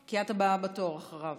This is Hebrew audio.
כי את הבאה בתור אחריו.